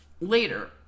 later